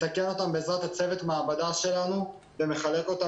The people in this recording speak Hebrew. מתקן אותם בעזרת צוות המעבדה שלנו ומחלק אותם